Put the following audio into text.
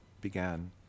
began